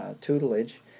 tutelage